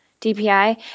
DPI